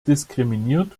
diskriminiert